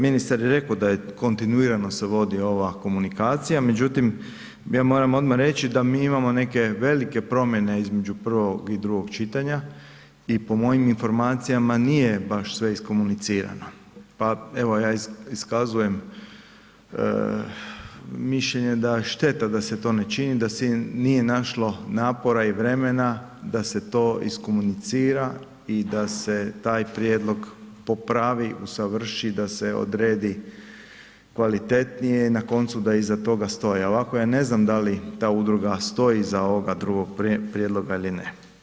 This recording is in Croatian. Ministar je rekao da kontinuirano se vodi ova komunikacijama međutim ja moram odmah reći da mi imamo neke velike promjene između prvog i drugog čitanja i po mojim informacijama nije baš sve iskomunicirano pa evo ja iskazujem mišljenje da šteta da se to ne čini, da se nije našlo napora i vremena da se to iskomunicira i da se taj prijedlog popravi, usavrši, da se odredi kvalitetnije i na koncu da iza toga stoje, ovako ja ne znam da li ta udruga stoji iza ovoga drugog prijedloga ili ne.